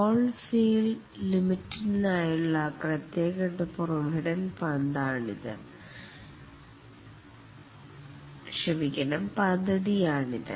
call field ലിമിറ്റഡ്നായുള്ള പ്രത്യേക provident പദ്ധതിയാണിത്